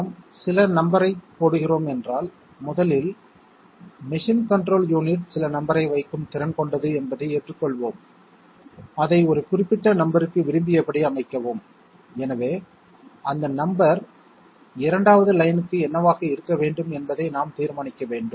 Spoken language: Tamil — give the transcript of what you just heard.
நாம் சில நம்பர்ரைப் போடுகிறோம் என்றால் முதலில் மெஷின் கண்ட்ரோல் யூனிட் சில நம்பர் ஐ வைக்கும் திறன் கொண்டது என்பதை ஏற்றுக்கொள்வோம் அதை ஒரு குறிப்பிட்ட நம்பர்க்கு விரும்பியபடி அமைக்கவும் எனவே அந்த நம்பர் 2வது லைன்க்கு என்னவாக இருக்க வேண்டும் என்பதை நாம் தீர்மானிக்க வேண்டும்